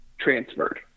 transferred